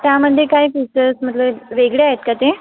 त्यामध्ये काही फीचर्स मतलब वेगळे आहेत का ते